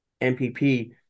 MPP